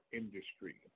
industry